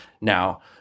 now